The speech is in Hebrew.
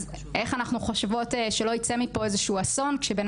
אז איך אנחנו חושבות שלא יצא מפה איזשהו אסון כשבן